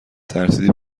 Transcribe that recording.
ترسیدی